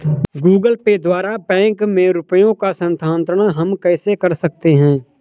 Google Pay द्वारा बैंक में रुपयों का स्थानांतरण हम कैसे कर सकते हैं?